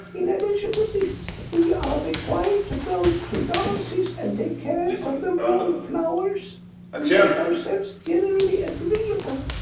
in addition to this we are required to go to dances and take care of the wall-flowers and make ourselves generally agreeable.